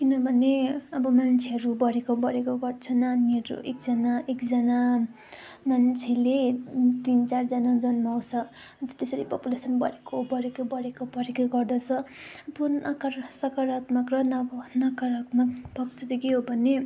किनभने अब मान्छेहरू बढेको बढेको गर्छ नानीहरू एकजना एकजना मान्छेले तिन चारजना जन्माउँछ अनि त्यसरी पपुलेसन बढेको बढेकै बढेको बढेकै गर्दछ अब सकारात्मक र नव नकारात्मक पक्ष चाहिँ के हो भने